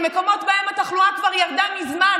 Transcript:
במקומות שבהם התחלואה כבר ירדה מזמן,